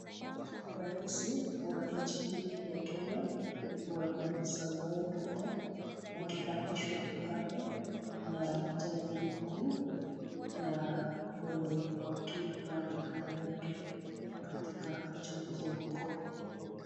Raisi wa nchi hii ya Kenya bwana Samoei Ruto akiapishwa pale na jaji mkuu na mwenye wakili pale kando yake katika uchaguzi mkuu.